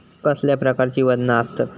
कसल्या प्रकारची वजना आसतत?